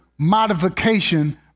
modification